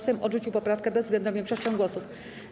Sejm odrzucił poprawkę bezwzględną większością głosów.